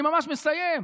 אני ממש מסיים,